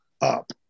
up